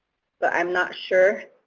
but i'm not sure.